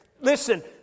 Listen